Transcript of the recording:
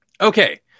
Okay